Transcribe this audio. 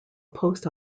post